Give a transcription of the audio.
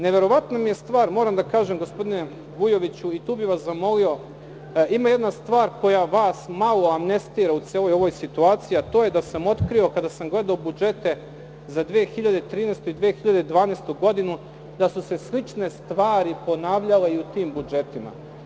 Neverovatna je stvar, gospodine Vujoviću, i tu bih vas zamolio, ima jedna stvar koja vas malo amnestira u celoj ovoj situaciji, a to je da sam otkrio kada sam gledao budžete za 2013. i 2012. godinu, da su se slične stvari ponavljale i u tim budžetima.